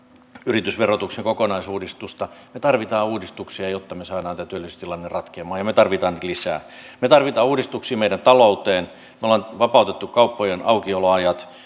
yritysverotuksen kokonaisuudistusta me tarvitsemme uudistuksia jotta me saamme tämän työllisyystilanteen ratkeamaan ja me tarvitsemme niitä lisää me tarvitsemme uudistuksia meidän talouteen me olemme vapauttaneet kauppojen aukioloajat